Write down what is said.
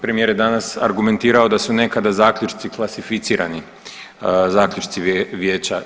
Premijer je danas argumentirao da su nekada zaključci klasificirani zaključci vijeća.